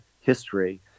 history